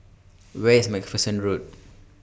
Where IS MacPherson Road